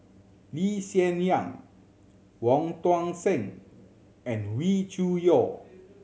Lee Hsien Yang Wong Tuang Seng and Wee Cho Yaw